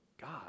God